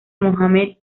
mohammed